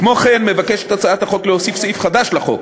כמו כן מבקשת הצעת החוק להוסיף סעיף חדש לחוק